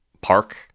Park